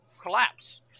collapse